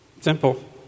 Simple